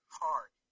hard